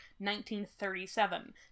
1937